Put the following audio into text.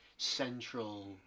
central